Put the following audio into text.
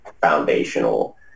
Foundational